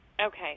Okay